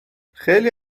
خیلی